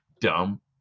dumb